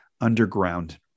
underground